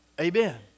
Amen